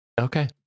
okay